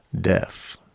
death